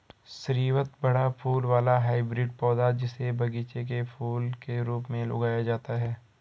स्रीवत बड़ा फूल वाला हाइब्रिड पौधा, जिसे बगीचे के फूल के रूप में उगाया जाता है